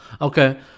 Okay